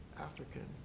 African